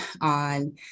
on